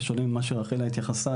בשונה למה שרחל התייחסה,